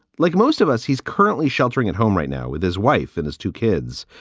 like most of us, he's currently sheltering at home right now with his wife and his two kids,